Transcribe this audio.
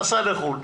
נסע לחו"ל,